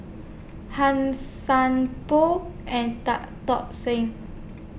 Han Sai Por and Tan Tock Seng